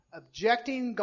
objecting